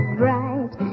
bright